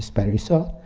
parissa.